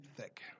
thick